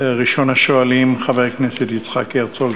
ראשון השואלים, חבר הכנסת יצחק הרצוג,